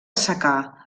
secà